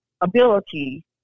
ability